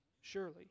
surely